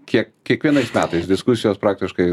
kiek kiekvienais metais diskusijos praktiškai